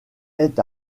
est